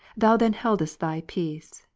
thou then heldest thy peace,